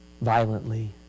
violently